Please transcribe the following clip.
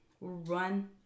run